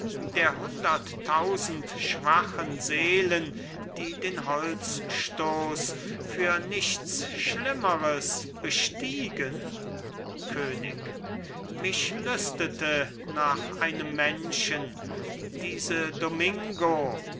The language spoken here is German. der hunderttausend schwachen seelen die den holzstoß für nichts schlimmeres bestiegen könig mich lüstete nach einem menschen diese domingo